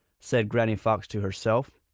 said granny fox to herself.